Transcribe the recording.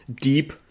deep